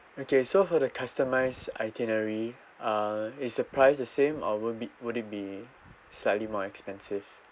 okay so for the customised itinerary uh is the price the same or would be would it be slightly more expensive